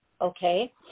okay